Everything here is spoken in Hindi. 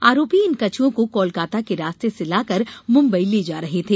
आरोपी इन कछ्ओं को कोलकाता के रास्ते से लाकर मुम्बई ले जा रहे थे